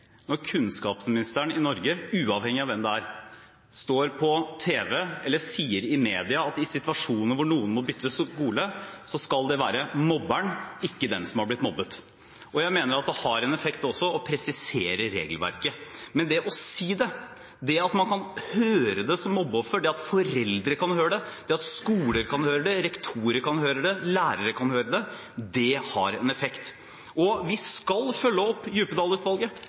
når kunnskapsministeren i Norge, uavhengig av hvem det er, sier på tv eller i andre media at i situasjoner der noen må bytte skole, så skal det være mobberen, ikke den som er blitt mobbet. Jeg mener at det har en effekt også å presisere regelverket. Men det å si det, det at man kan høre det som mobbeoffer, at foreldre kan høre det, at skoler kan høre det, at rektorer kan høre det, at lærere kan høre det, det har en effekt. Og vi skal følge opp